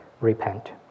repent